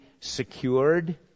secured